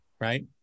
right